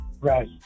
right